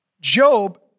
Job